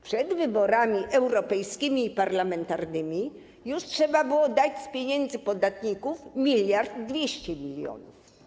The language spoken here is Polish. Przed wyborami europejskimi i parlamentarnymi trzeba było dać z pieniędzy podatników 1200 mln.